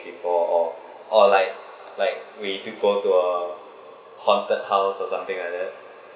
before or or like like when if you go to a haunted house or something like that